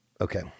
Okay